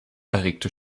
erregte